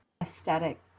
aesthetic